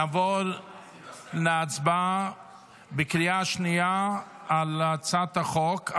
נעבור להצבעה בקריאה שנייה על הצעת החוק,